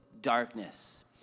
darkness